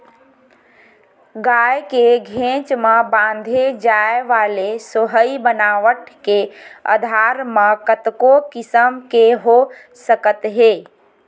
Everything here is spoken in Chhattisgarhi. गाय के घेंच म बांधे जाय वाले सोहई बनावट के आधार म कतको किसम के हो सकत हे